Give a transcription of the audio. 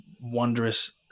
wondrous